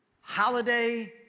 holiday